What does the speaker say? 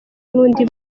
n’undi